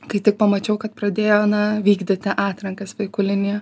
kai tik pamačiau kad pradėjo na vykdyti atrankas vaikų linija